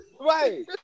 Right